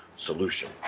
Solution